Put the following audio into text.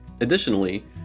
Additionally